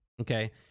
Okay